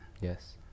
Yes